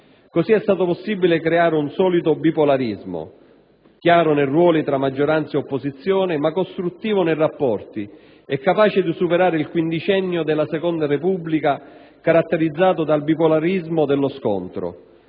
Così è stato possibile creare un solido bipolarismo, chiaro nei ruoli tra maggioranza e opposizione, costruttivo nei rapporti e capace di superare il quindicennio della Seconda Repubblica caratterizzato dal bipolarismo dello scontro.